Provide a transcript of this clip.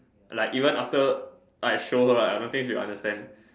like even after I show her right I don't she'll understand